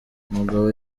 umugabo